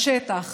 בשטח.